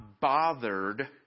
bothered